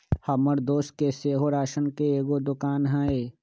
हमर दोस के सेहो राशन के एगो दोकान हइ